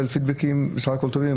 פידבקים בסך הכול טובים.